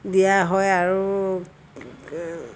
দিয়া হয় আৰু